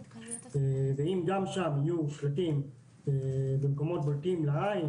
ואם גם שם יהיו שלטים במקומות בולטים לעין